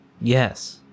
Yes